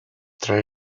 tra